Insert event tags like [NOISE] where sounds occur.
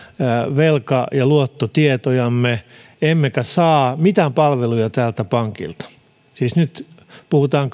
velka ja luottotietojamme emmekä saa mitään palveluja tältä pankilta siis nyt puhutaan [UNINTELLIGIBLE]